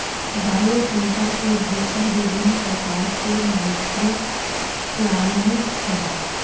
bioshelter के भीतर विभिन्न प्रकार के माइक्रोक्लाइमेट हैं